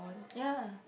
ya